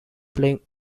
playing